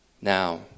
now